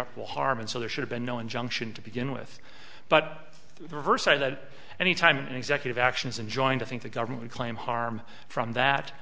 up will harm and so there should have been no injunction to begin with but the reverse side and he time executive actions and joined i think the government would claim harm from that